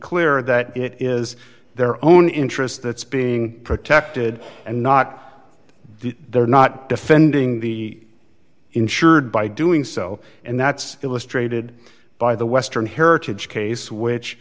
clear that it is their own interest that's being protected and not they're not defending the insured by doing so and that's illustrated by the western heritage case which